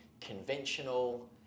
conventional